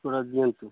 କଉଟା ଦିଅନ୍ତୁ